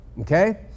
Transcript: okay